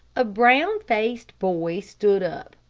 a brown-faced boy stood up.